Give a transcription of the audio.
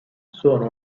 sono